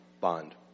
bond